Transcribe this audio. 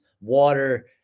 water